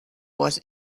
was